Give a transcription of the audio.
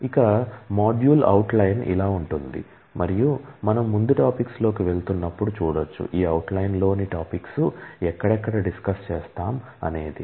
ఇక module outline చేస్తాం అనేది